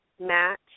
match